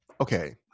okay